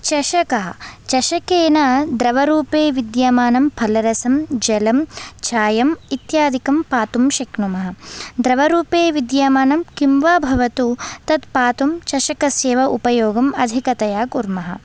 चषकः चषकेन द्रवरूपे विद्यमानं फलरसं जलं चायम् इत्यादिकं पातुं शक्नुमः द्रवरूपे विद्यमानं किं वा भवतु तत्पातुं चषकस्यैव उपयोगम् अधिकतया कुर्मः